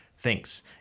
thinks